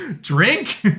drink